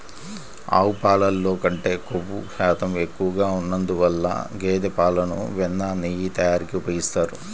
ఆవు పాలల్లో కంటే క్రొవ్వు శాతం ఎక్కువగా ఉన్నందువల్ల గేదె పాలను వెన్న, నెయ్యి తయారీకి ఉపయోగిస్తారు